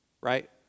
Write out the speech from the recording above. right